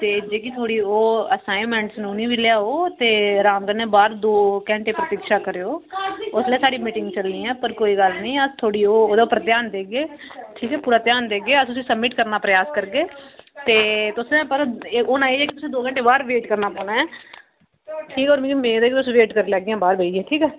ते जेह्की थुआढ़ी ओ असाइनमैंट न उ'नें ई बी लेआओ ते अराम कन्नै बाह्र दो घैंटे प्रतीक्षा करेओ उसलै साढ़ी मीटिंग चलनी ऐ पर कोई गल्ल निं अस थुआढ़ी ओ ओह्दे पर ध्यान देगे ठीक ऐ पूरा ध्यान देगे अस उस्सी सब्मिट करना प्रयास करगे ते तुसें पर होना एह् ऐ कि तुसें दो घैंटे बाह्र वेट करना पौना ऐ ठीक ऐ और मिगी मेद ऐ जे तुस वेट करी लैह्गियां बाह्र बेहियै ठीक ऐ